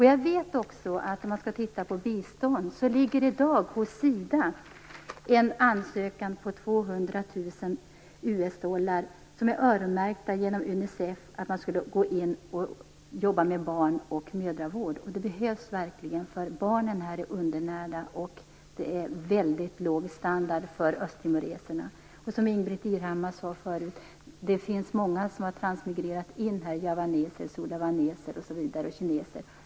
Jag vet också att det när det gäller bistånd i dag hos Sida ligger en ansökan på 200 000 US dollar, som är öronmärkta genom Unicef för att man skall kunna gå in och jobba med barn och mödravård. Det behövs verkligen, därför att barnen är undernärda och det är väldigt låg standard för östtimoreserna. Som Ingbritt Irhammar sade förut, är det många som har transmigrerat hit, som javaneser, sulaweser, kineser osv.